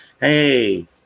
Hey